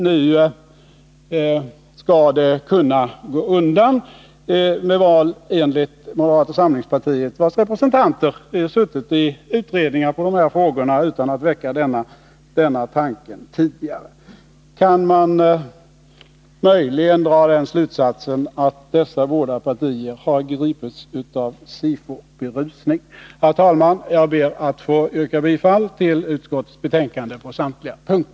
Nu skall det gå snabbt undan med val enligt moderata samlingspartiet, vars representanter suttit med i utredningar i dessa frågor utan att ha försökt sig på den tanken tidigare. Kan man möjligen dra den slutsatsen att dessa båda partier har gripits av Sifo-berusning? Herr talman! Jag ber att få yrka bifall till utskottets hemställan på samtliga punkter.